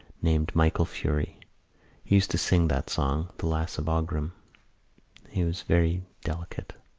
named michael furey. he used to sing that song, the lass of aughrim. he was very delicate.